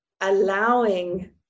allowing